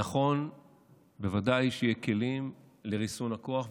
נכון בוודאי שיהיו כלים לריסון הכוח,